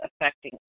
affecting